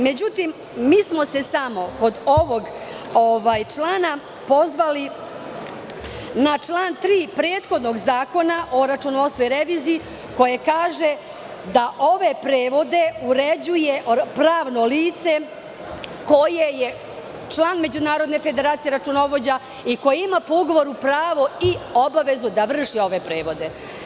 Međutim, mi smo se samo kod ovog člana pozvali na član 3. prethodnog Zakona o računovodstvu i reviziji, koji kaže da ove prevode uređuje pravno lice koje je član Međunarodne federacije računovođa i koje ima po ugovoru pravo i obavezu da vrši ove prevode.